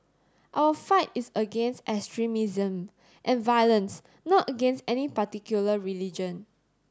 our fight is against extremism and violence not against any particular religion